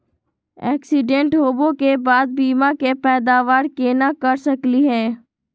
Accident होवे के बाद बीमा के पैदावार केना कर सकली हे?